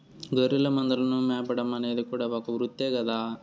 గొర్రెల మందలను మేపడం అనేది కూడా ఒక వృత్తే కదా